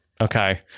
Okay